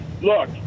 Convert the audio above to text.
look